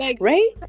right